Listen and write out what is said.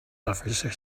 officer